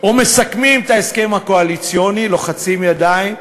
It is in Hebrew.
ומסכמים את ההסכם הקואליציוני, לוחצים ידיים.